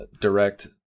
Direct